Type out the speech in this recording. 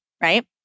right